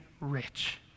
rich